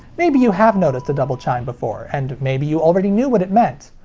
maybe you have noticed a double chime before. and maybe you already knew what it meant.